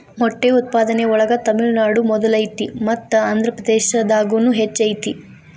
ಮೊಟ್ಟೆ ಉತ್ಪಾದನೆ ಒಳಗ ತಮಿಳುನಾಡು ಮೊದಲ ಐತಿ ಮತ್ತ ಆಂದ್ರಪ್ರದೇಶದಾಗುನು ಹೆಚ್ಚ ಐತಿ